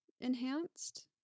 enhanced